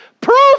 Prove